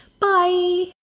Bye